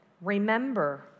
Remember